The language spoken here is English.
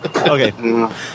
Okay